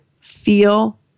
feel